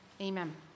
amen